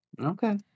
okay